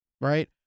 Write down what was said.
right